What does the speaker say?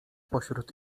pośród